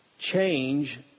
change